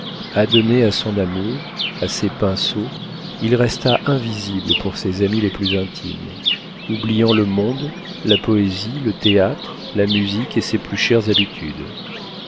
adonné à son amour à ses pinceaux il resta invisible pour ses amis les plus intimes oubliant le monde la poésie le théâtre la musique et ses plus chères habitudes